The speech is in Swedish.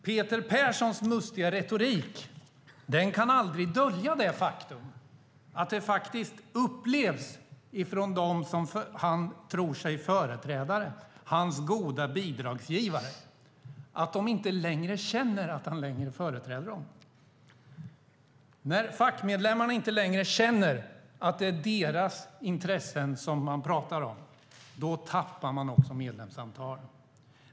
Peter Perssons mustiga retorik kan aldrig dölja det faktum att det från dem som han tror sig företräda, hans goda bidragsgivare, faktiskt upplevs som att han inte längre företräder dem. När fackmedlemmarna inte längre känner att det är deras intressen som man talar om tappar man medlemmar.